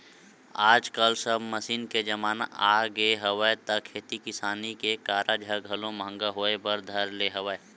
आजकल सब मसीन के जमाना आगे हवय त खेती किसानी के कारज ह घलो महंगा होय बर धर ले हवय